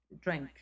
drink